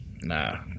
Nah